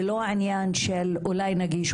ולא עניין של אולי נגיש,